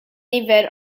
nifer